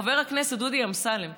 חבר הכנסת דודי אמסלם,